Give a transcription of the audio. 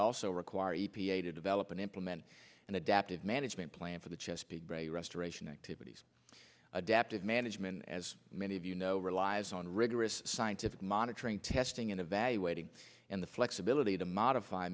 also require e p a to develop and implement an adaptive management plan for the chesapeake bay restoration activities adaptive management as many of you know relies on rigorous scientific monitoring testing and evaluating and the flexibility to modify